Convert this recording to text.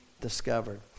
discovered